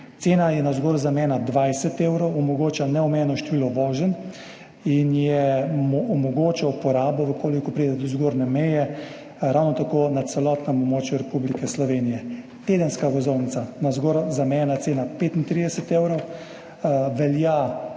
Cena je navzgor zamejena na 20 evrov, omogoča neomejeno število voženj in omogoča uporabo, v kolikor pride do zgornje meje, ravno tako na celotnem območju Republike Slovenije. Tedenska vozovnica, navzgor zamejena cena 35 evrov, velja